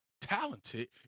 talented